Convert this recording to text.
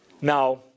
Now